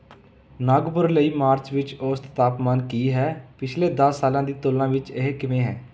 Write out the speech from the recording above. ਨਾਗਪੁਰ ਲਈ ਮਾਰਚ ਵਿੱਚ ਔਸਤ ਤਾਪਮਾਨ ਕੀ ਹੈ ਪਿਛਲੇ ਦਸ ਸਾਲਾਂ ਦੀ ਤੁਲਨਾ ਵਿੱਚ ਇਹ ਕਿਵੇਂ ਹੈ